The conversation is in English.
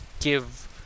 give